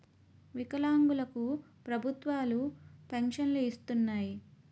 వికలాంగులు కు ప్రభుత్వాలు పెన్షన్ను ఇస్తున్నాయి